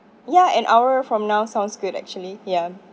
ya an hour from now sounds good actually ya